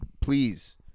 Please